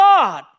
God